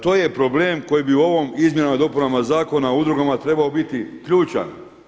To je problem koji bi u ovim izmjenama i dopunama Zakona o udrugama trebao biti ključan.